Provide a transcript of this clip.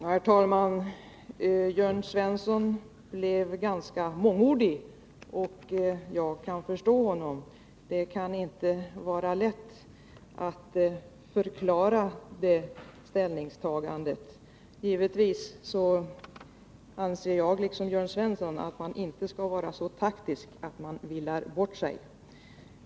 Herr talman! Jörn Svensson blev ganska mångordig, men jag kan förstå honom. Det kan inte vara lätt att förklara vpk:s ställningstagande. Givetvis anser jag i likhet med Jörn Svensson att man inte skall vara så taktisk att man villar bort sig.